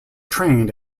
trained